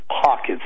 pockets